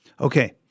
Okay